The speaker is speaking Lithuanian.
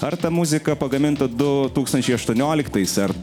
ar ta muzika pagaminta du tūkstančiai aštuonioliktais ar